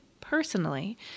personally